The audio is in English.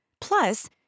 Plus